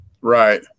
Right